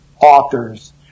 authors